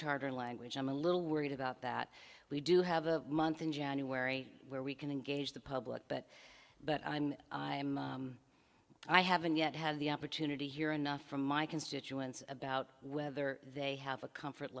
charter language i'm a little worried about that we do have a month in january where we can engage the public but but i haven't yet had the opportunity here enough from my constituents about whether they have a comfort